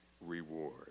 Reward